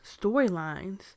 storylines